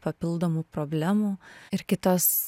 papildomų problemų ir kitas